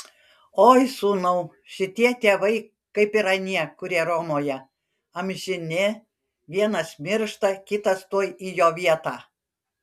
oi sūnau šitie tėvai kaip ir anie kurie romoje amžini vienas miršta kitas tuoj į jo vietą